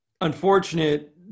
unfortunate